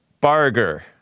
Barger